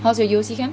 how's your U_O_C camp